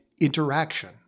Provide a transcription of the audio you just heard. interaction